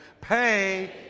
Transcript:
Pay